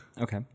Okay